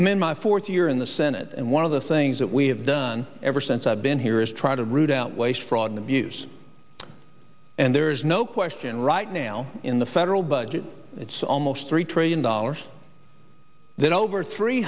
i'm in my fourth year in the senate and one of the things that we have done ever since i've been here is try to root out waste fraud and abuse and there's no question right now in the federal budget it's almost three trillion dollars that over three